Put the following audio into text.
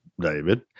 david